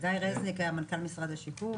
חגי רזניק היה מנכ"ל משרד השיכון,